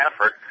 effort